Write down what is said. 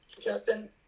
Justin